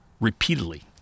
repeatedly